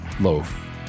loaf